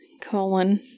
colon